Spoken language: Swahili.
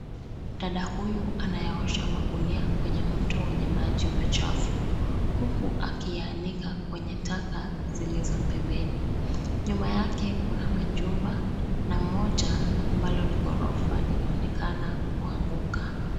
Dada huyu anayaosha magunia kwenye mto wenye maji machafu, huku akiyaanika kwenye taka zilizo pembeni. Nyuma yake kuna majumba, na moja, ambalo ni ghorofa linaonekana kuanguka.